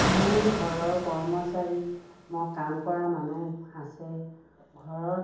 মোৰ ঘৰৰ কৰ্মচাৰী মই কাম কৰা মানুহ আছে ঘৰত